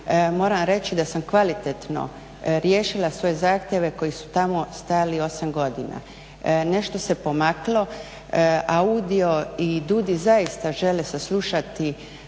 moram reći da sam kvalitetno riješila svoje zahtjeve koji su tamo stajali 8 godina. Nešto se pomaklo, audio i … zaista žele saslušati